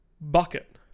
bucket